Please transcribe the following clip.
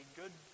good